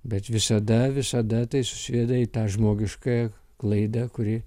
bet visada visada tai susiveda į tą žmogiškąją klaidą kuri